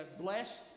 blessed